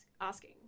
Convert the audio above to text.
asking